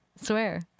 Swear